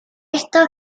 esto